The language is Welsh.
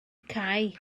cae